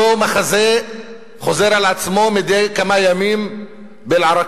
אותו מחזה חוזר על עצמו מדי כמה ימים באל-עראקיב.